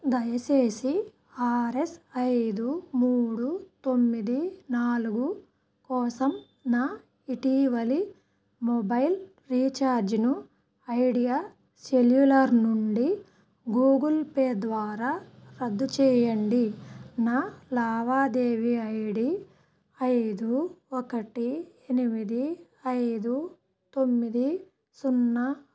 దయచేసి ఆర్ఎస్ ఐదు మూడు తొమ్మిది నాలుగు కోసం నా ఇటీవలి మొబైల్ రీఛార్జ్ను ఐడియా సెల్యులార్ నుండి గూగుల్ పే ద్వారా రద్దు చెయ్యండి నా లావాదేవీ ఐడి ఐదు ఒకటి ఎనిమిది ఐదు తొమ్మిది సున్నా